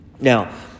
Now